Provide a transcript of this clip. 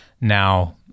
Now